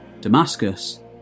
Damascus